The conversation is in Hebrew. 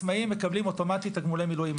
עצמאיים מקבלים אוטומטית תגמולי מילואים,